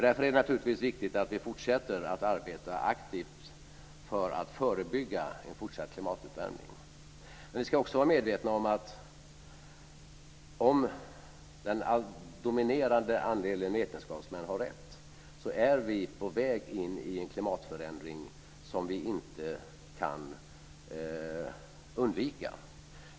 Därför är det naturligtvis viktigt att vi fortsätter att arbeta aktivt för att förebygga en fortsatt klimatuppvärmning. Vi ska också vara medvetna om att om den dominerande andelen vetenskapsmän har rätt är vi på väg in i en klimatförändring som vi inte kan undvika.